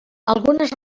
algunes